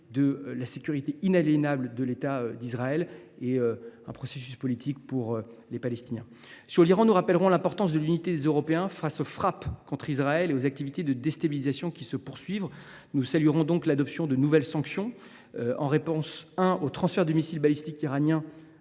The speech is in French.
de la sécurité de l’État d’Israël – un droit inaliénable. Sur l’Iran, nous rappellerons l’importance de l’unité des Européens face aux frappes contre Israël et aux activités de déstabilisation qui se poursuivent. Nous saluerons l’adoption de nouvelles sanctions en réponse aux transferts de missiles balistiques iraniens